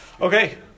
Okay